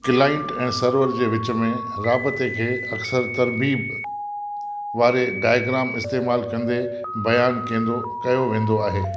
client ऐं server जे विच में राबिते खे अक्सरु तरबीब वारे डायग्राम इस्तेमालु कंदे बयानु कंदो कयो वेंदो आहे